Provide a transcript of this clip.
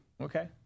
Okay